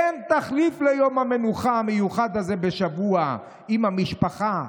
אין תחליף ליום המנוחה המיוחד הזה בשבוע עם המשפחה,